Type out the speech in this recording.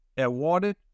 awarded